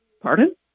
Pardon